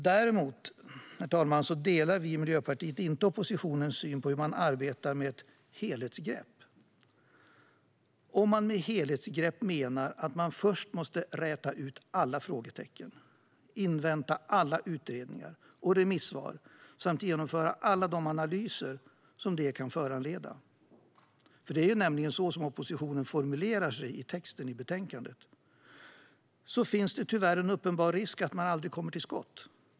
Däremot, herr talman, delar vi i Miljöpartiet inte oppositionens syn på hur man arbetar med ett helhetsgrepp. Om man med "helhetsgrepp" menar att man först måste räta ut alla frågetecken, invänta alla utredningar och remissvar samt genomföra alla de analyser detta kan föranleda - det är nämligen så oppositionen formulerar sig i texten i betänkandet - finns det tyvärr en uppenbar risk att man aldrig kommer till skott.